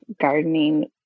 gardening